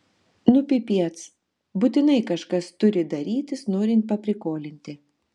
nu pipiec būtinai kažkas turi darytis norint paprikolinti